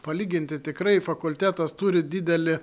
palyginti tikrai fakultetas turi didelį